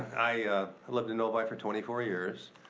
i've lived in novi for twenty four years.